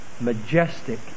majestic